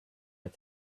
had